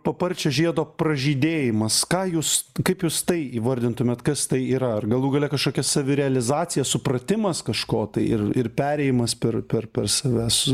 paparčio žiedo pražydėjimas ką jūs kaip jūs tai įvardintumėt kas tai yra ar galų gale kažkokia savirealizacija supratimas kažko tai ir ir perėjimas per per savęs